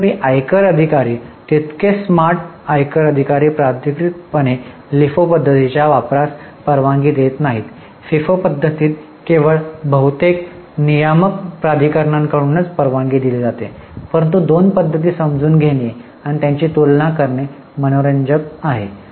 तथापि आयकर अधिकारी तितकेच स्मार्ट आयकर अधिकारी प्राधिकृतपणे लिफो पद्धतीच्या वापरास परवानगी देत नाहीत फिफो पद्धत केवळ बहुतेक नियामक प्राधिकरणांकडूनच परवानगी दिली जाते परंतु दोन पद्धती समजून घेणे आणि त्यांची तुलना करणे मनोरंजक आहे